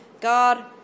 God